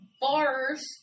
bars